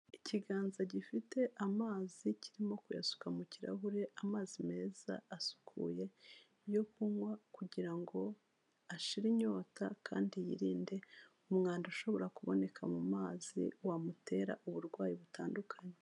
Ikiganza gifite amazi kirimo kuyasuka mu kirahure, amazi meza asukuye yo kunywa kugira ngo ashire inyota, kandi yirinde umwanda ushobora kuboneka mu mazi, wamutera uburwayi butandukanye.